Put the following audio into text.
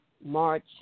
March